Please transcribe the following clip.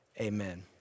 amen